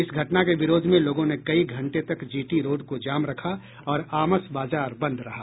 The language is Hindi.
इस घटना के विरोध में लोगों ने कई घंटे तक जीटी रोड को जाम रखा और आमस बाजार बंद रहा